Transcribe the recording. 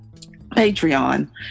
Patreon